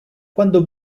quando